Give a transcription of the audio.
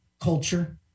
culture